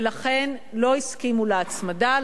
ולכן לא הסכימו להצמדה.